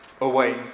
away